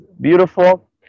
beautiful